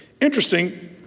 Interesting